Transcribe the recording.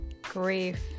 grief